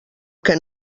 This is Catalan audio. que